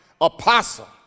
apostle